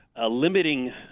limiting